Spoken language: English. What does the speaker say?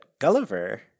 gulliver